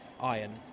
iron